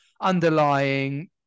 underlying